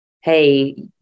Hey